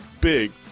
big